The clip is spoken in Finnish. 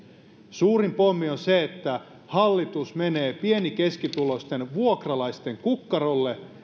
suurin pommi on se että hallitus menee pieni ja keskituloisten vuokralaisten kukkarolle